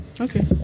Okay